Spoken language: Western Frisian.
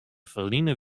ferline